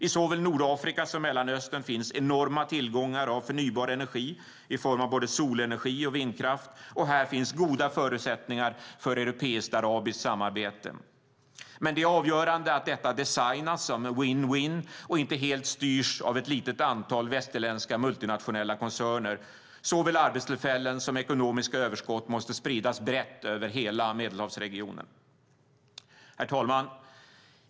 I såväl Nordafrika som Mellanöstern finns enorma tillgångar av förnybar energi i form av både solenergi och vindkraft, och här finns goda förutsättningar för europeisk-arabiskt samarbete. Men det är avgörande att detta designas som win-win och inte helt styrs av ett litet antal västerländska multinationella koncerner. Såväl arbetstillfällen som ekonomiska överskott måste spridas brett över hela Medelhavsregionen. Herr talman!